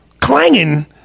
clanging